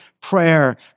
prayer